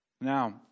Now